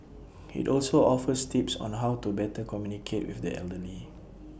IT also offers tips on how to better communicate with the elderly